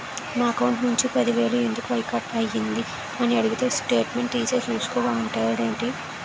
నా అకౌంట్ నుంచి పది వేలు ఎందుకు కట్ అయ్యింది అని అడిగితే స్టేట్మెంట్ తీసే చూసుకో మంతండేటి